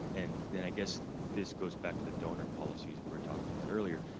and then i guess this goes back to the donor policies we were talking about earlier.